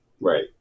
Right